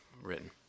written